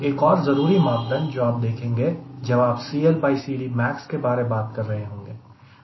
एक और जरूरी मापदंड जो आप देखेंगे जब आप CLCD max के बारे बात कर रहे होंगे